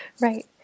Right